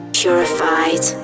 purified